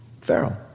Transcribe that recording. Pharaoh